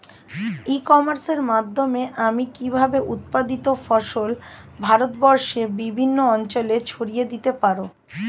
ই কমার্সের মাধ্যমে আমি কিভাবে উৎপাদিত ফসল ভারতবর্ষে বিভিন্ন অঞ্চলে ছড়িয়ে দিতে পারো?